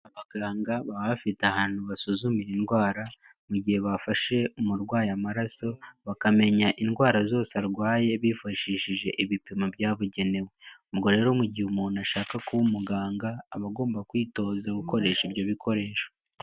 Abaganga baba bafite ahantu basuzumira indwara mu gihe bafashe umurwayi amaraso, bakamenya indwara zose arwaye bifashishije ibipimo byabugenewe. Ubwo rero mu gihe umuntu ashaka kuba umuganga abagomba kwitoza gukoresha ibyo bikoresho.